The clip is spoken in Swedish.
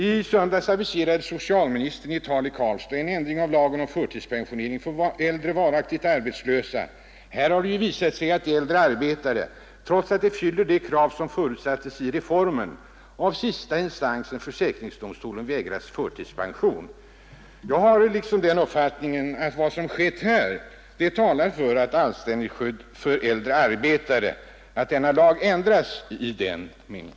I söndags aviserade socialministern i ett tal i Karlstad en ändring av lagen om förtidspensionering för äldre varaktigt arbetslösa. Här har det ju visat sig att äldre arbetare, trots att de fyller kraven som förutsattes i reformen, av sista instansen — försäkringsdomstolen — vägrats förtidspension. Vad som skett här talar enligt min uppfattning för att lagen om anställningsskydd för äldre arbetare snabbt ändras i den meningen.